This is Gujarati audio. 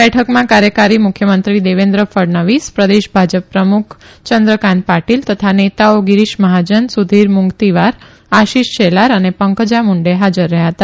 બેઠકમાં કાર્યકારી મુખ્યમંત્રી દેવેન્દ્ર ફડણવીસ પ્રદેશ ભાજપ પ્રમુખ યંદ્રકાન્ત પાટીલ તથા નેતાઓ ગીરીશ મહાજન સુધીર મુંગતીવાર આશીષ શેલાર અને પંકજા મુંડે હાજર રહયાં હતા